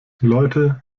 leute